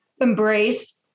embrace